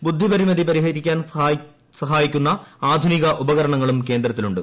ബുദ്ധി പരിമിതി പരിഹരിക്കാൻ കഴിയുന്ന ആധുനിക ഉപകരണങ്ങളും കേന്ദ്രത്തിലുണ്ട്